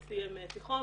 הוא סיים תיכון,